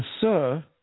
Sir